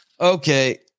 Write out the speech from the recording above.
Okay